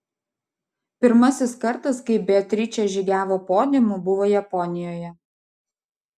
pirmasis kartas kai beatričė žygiavo podiumu buvo japonijoje